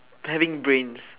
having brains